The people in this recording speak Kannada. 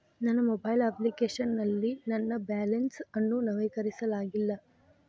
ನನ್ನ ಮೊಬೈಲ್ ಅಪ್ಲಿಕೇಶನ್ ನಲ್ಲಿ ನನ್ನ ಬ್ಯಾಲೆನ್ಸ್ ಅನ್ನು ನವೀಕರಿಸಲಾಗಿಲ್ಲ